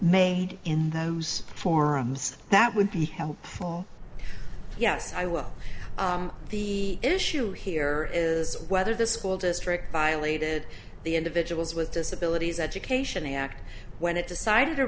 made in those forums that would be helpful yes i will the issue here is whether the school district violated the individuals with disabilities education act when it decided to